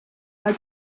għal